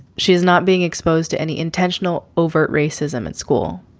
she's not being exposed to any intentional overt racism in school.